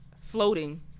floating